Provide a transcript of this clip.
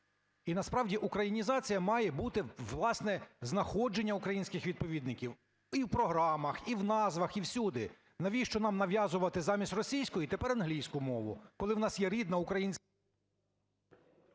І насправді українізація має бути, власне, знаходження українських відповідників і в програмах, і в назвах, і всюди. Навіщо нам нав'язувати замість російської тепер англійську мову, коли у нас є рідна українська…